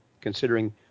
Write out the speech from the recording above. considering